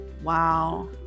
wow